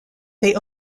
they